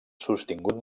sostingut